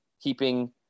keeping